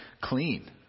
clean